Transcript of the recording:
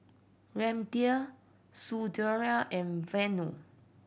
Ramdev Sunderlal and Vanu